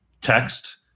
text